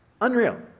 Unreal